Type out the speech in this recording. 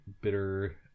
bitter